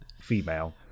Female